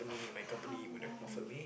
how more long